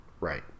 Right